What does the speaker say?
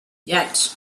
yet